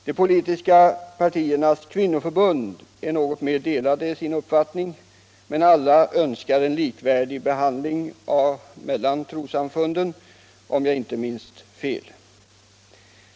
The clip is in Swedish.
De politiska partiernas kvinnoförbund är något mer delade i sin uppfattning, men alla önskar en likvärdig behandling av trossamfunden — om jag inte minns fel.